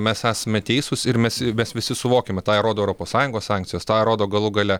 mes esame teisūs ir mes mes visi suvokiame tą ir rodo europos sąjungos sankcijos tą ir rodo galų gale